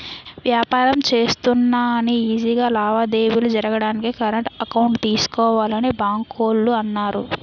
వ్యాపారం చేస్తున్నా అని ఈజీ గా లావాదేవీలు జరగడానికి కరెంట్ అకౌంట్ తీసుకోవాలని బాంకోల్లు అన్నారు